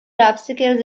obstacles